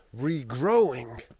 regrowing